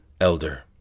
elder